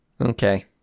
Okay